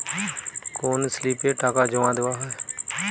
কোন স্লিপে টাকা জমাদেওয়া হয়?